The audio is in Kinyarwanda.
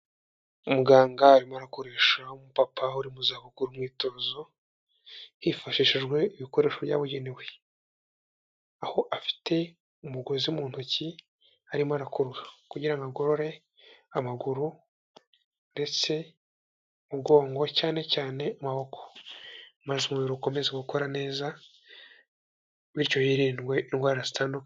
Muganga arimo akoresha umu papa uri mu zabukuru umyitozo hifashishijwe ibikoresho byabugenewe, aho afite umugozi mu ntoki arimo arakurura kugirango agorore amaguru ndetse umugongo cyane cyane amaboko. Maze umubiri ukomeza gukora neza bityo hirindwe indwara zitandukanye.